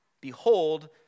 Behold